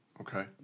Okay